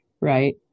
right